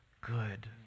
good